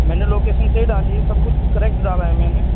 میں نے لوکیشن صحیح ڈالی ہے سب کچھ کریکٹ ڈالا ہے میں نے